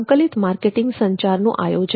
સંકલિત માર્કેટીંગ સંચારનું આયોજન